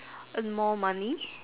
earn more money